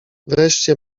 wreszcie